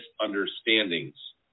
misunderstandings